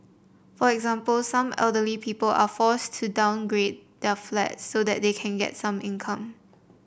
for example some elderly people are forced to downgrade their flats so that they can get some income